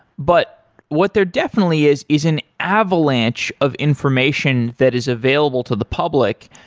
but what there definitely is is an avalanche of information that is available to the public,